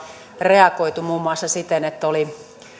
reagoitu muun muassa siten että oli